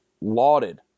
lauded